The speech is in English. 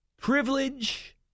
privilege